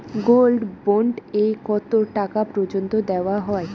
Gold bond এ কতো টাকা পর্যন্ত দেওয়া হয়?